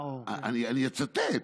אני אצטט.